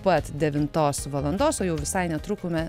pat devintos valandos o jau visai netruku me